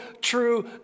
true